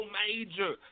major